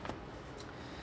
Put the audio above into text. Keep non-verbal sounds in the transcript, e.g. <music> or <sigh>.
<breath>